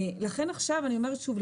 לכן אני אומרת שוב,